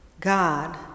god